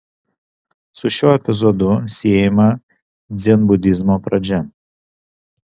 su šiuo epizodu siejama dzenbudizmo pradžia